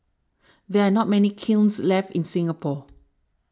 there are not many kilns left in Singapore